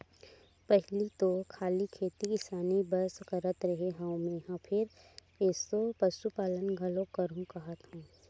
पहिली तो खाली खेती किसानी बस करत रेहे हँव मेंहा फेर एसो पसुपालन घलोक करहूं काहत हंव